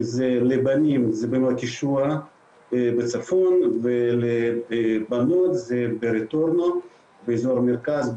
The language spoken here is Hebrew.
לבנים זה במלכישוע בצפון ולבנות זה ברטורנו באזור המרכז,